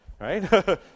right